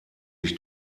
ich